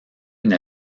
une